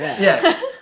Yes